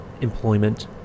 employment